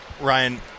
Ryan